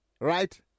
right